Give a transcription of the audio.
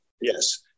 Yes